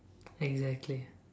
exactly